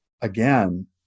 again